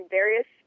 various